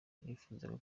nifuzaga